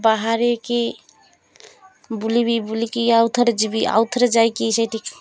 ବାହାରିକିି ବୁଲିବି ବୁଲିକି ଆଉ ଥରେ ଯିବି ଆଉ ଥରେ ଯାଇକି ସେଇଠି